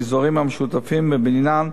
באזורים המשותפים בבניין,